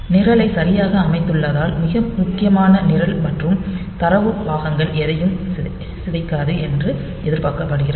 நிரலை சரியாக அமைத்துள்ளதால் முக்கியமான நிரல் மற்றும் தரவு பாகங்கள் எதையும் சிதைக்காது என்று எதிர்பார்க்கப்படுகிறது